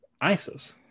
Isis